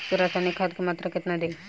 रसायनिक खाद के मात्रा केतना दी?